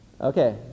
Okay